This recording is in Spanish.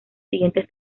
siguientes